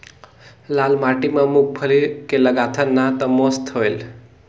लाल माटी म मुंगफली के लगाथन न तो मस्त होयल?